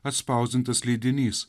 atspausdintas leidinys